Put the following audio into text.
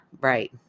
Right